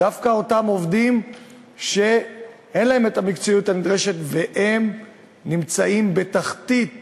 דווקא אותם עובדים שאין להם המקצועיות הנדרשת והם נמצאים בתחתית